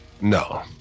No